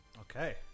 Okay